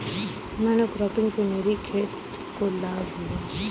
Monocropping से मेरी खेत को क्या लाभ होगा?